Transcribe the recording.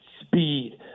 speed